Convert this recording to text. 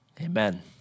amen